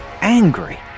angry